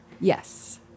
Yes